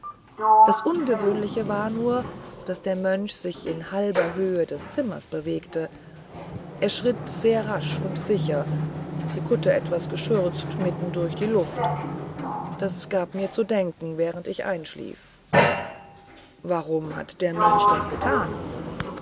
das ungewöhnliche war nur daß der mönch sich in halber höhe des zimmers bewegte er schritt sehr rasch und sicher die kutte etwas schürzend mitten durch die luft das gab mir zu denken während ich einschlief und warum hat der mönch das getan